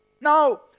Now